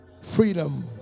Freedom